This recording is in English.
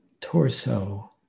torso